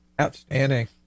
Outstanding